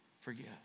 forgive